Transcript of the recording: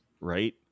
right